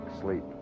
sleep